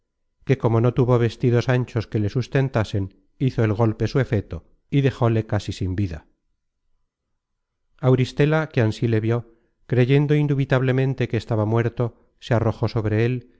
que como no tuvo vestidos anchos que le sustentasen hizo el golpe su efeto y dejóle casi sin vida auristela que ansí le vió creyendo indubitablemente que estaba muerto se arrojó sobre él